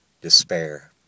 despair